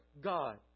God